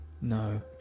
No